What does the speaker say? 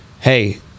hey